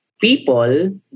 People